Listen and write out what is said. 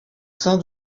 sein